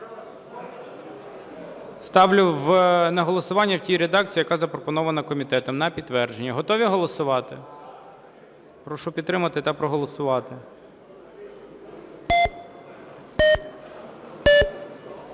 Ставлю на голосування в тій редакції, яка запропонована комітетом, на підтвердження. Готові голосувати? Прошу підтримати та проголосувати.